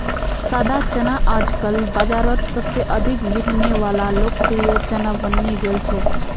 सादा चना आजकल बाजारोत सबसे अधिक बिकने वला लोकप्रिय चना बनने गेल छे